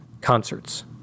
concerts